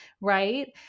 Right